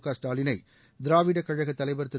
கஸ்டாலினை திராவிடர் கழக தலைவர் திரு